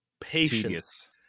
patience